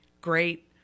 great